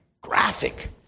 graphic